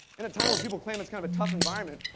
in a time where people claim it's kind of a tough environment,